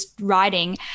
writing